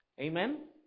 Amen